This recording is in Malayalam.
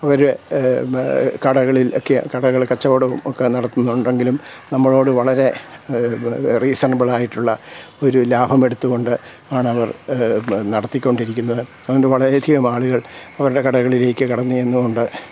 അവർ കടകളിൽ ഒക്കെ കടകളിൽ കച്ചവടവും ഒക്കെ നടത്തുന്നുണ്ടെങ്കിലും നമ്മളോട് വളരെ റീസണബിൾ ആയിട്ടുള്ള ഒരു ലാഭമെടുത്തുകൊണ്ട് ആണവർ നടത്തിക്കൊണ്ടിരിക്കുന്നത് അതുകൊണ്ട് വളരെയധികം ആളുകൾ അവരുടെ കടകളിലേക്ക് കടന്നു ചെന്നു കൊണ്ട്